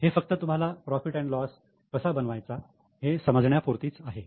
हे फक्त तुम्हाला profit and loss profit loss कसा बनवायचा हे समजण्या पुरतीच आहे